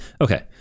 okay